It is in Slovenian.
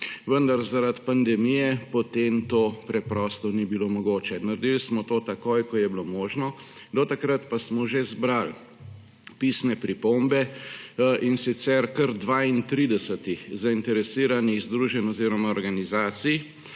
vendar zaradi pandemije potem to preprosto ni bilo mogoče. Naredili smo to takoj, ko je bilo možno, do takrat pa smo že zbrali pisne pripombe, in sicer kar 32 zainteresiranih združenj oziroma organizacij,